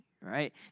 right